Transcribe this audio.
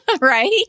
right